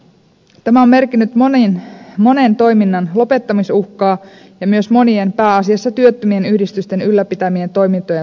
tämä on merkinnyt monen toiminnan lopettamisuhkaa ja myös monien pääasiassa työttömien yhdistysten ylläpitämien toimintojen lopettamista